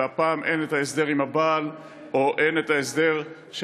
והפעם אין ההסדר עם הבעל או אין ההסדר של